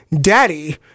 daddy